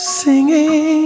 singing